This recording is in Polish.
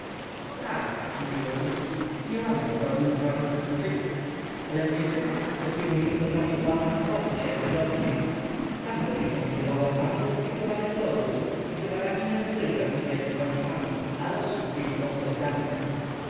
tak mówił wokulski nie łamią form w warunkach zwykłych ale w niezwykłych stosują się do prawidła robić jak wygodniej sam zresztą widywałem bardzo dystyngowanych lordów którzy baraninę z ryżem jedli palcami a rosół pili prosto